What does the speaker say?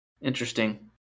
Interesting